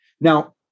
Now